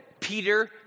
Peter